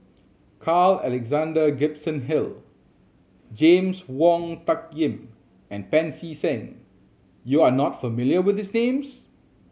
Carl Alexander Gibson Hill James Wong Tuck Yim and Pancy Seng you are not familiar with these names